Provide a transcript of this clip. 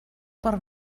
per